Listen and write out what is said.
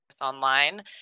online